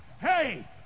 Hey